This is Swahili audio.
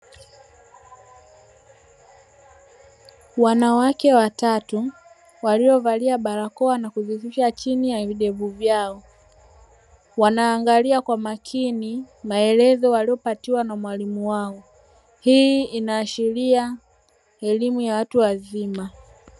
Wanawake watatu waliovalia barakoa na kuzishusha chini ya video zao, wanaangalia kwa makini maelezo waliyopatiwa na mwalimu wao; hii inaashiria elimu ya watu wazima.